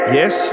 yes